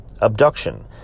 Abduction